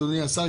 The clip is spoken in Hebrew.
אדוני השר,